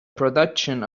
production